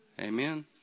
Amen